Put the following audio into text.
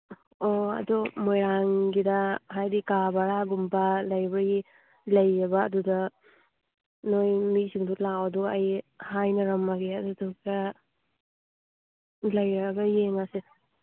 ꯑꯣ ꯑꯗꯨ ꯃꯣꯏꯔꯥꯡꯒꯤꯗ ꯍꯥꯏꯗꯤ ꯀꯥ ꯚꯔꯥꯒꯨꯝꯕ ꯂꯩꯕꯒꯤ ꯂꯩꯌꯦꯕ ꯑꯗꯨꯗ ꯅꯣꯏ ꯃꯤꯁꯤꯡꯗꯣ ꯂꯥꯛꯑꯣ ꯑꯗꯨꯒ ꯑꯩ ꯍꯥꯏꯅꯔꯝꯃꯒꯦ ꯑꯗꯨꯗꯨꯒ ꯂꯩꯔꯒ ꯌꯦꯡꯉꯁꯦ